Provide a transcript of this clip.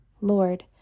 Lord